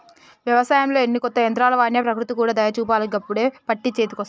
వ్యవసాయంలో ఎన్ని కొత్త యంత్రాలు వాడినా ప్రకృతి కూడా దయ చూపాలి గప్పుడే పంట చేతికొస్తది